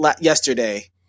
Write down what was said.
yesterday